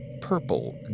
purple